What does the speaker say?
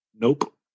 Nope